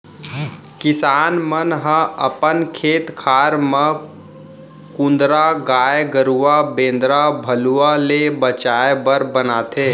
किसान मन ह अपन खेत खार म कुंदरा गाय गरूवा बेंदरा भलुवा ले बचाय बर बनाथे